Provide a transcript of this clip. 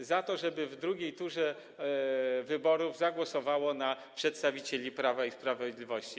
Chodzi o to, żeby w drugiej turze wyborów zagłosowali na przedstawicieli Prawa i Sprawiedliwości.